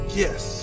yes